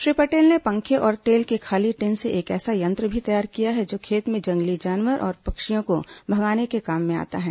श्री पटेल ने पंखे और तेल के खाली टीन से एक ऐसा यंत्र भी तैयार किया है जो खेत में जंगली जानवर और पक्षियों को भगाने के काम में आता है